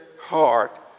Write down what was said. heart